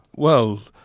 well,